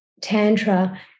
tantra